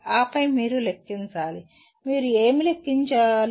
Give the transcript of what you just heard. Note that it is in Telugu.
ఆపై మీరు లెక్కించాలి మీరు ఏమి లెక్కించాలి